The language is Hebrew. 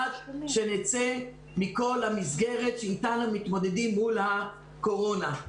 עד שנצא מכל המסגרת שאיתה מתמודדים מול הקורונה.